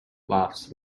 laughs